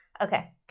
Okay